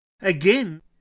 again